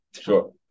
Sure